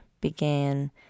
began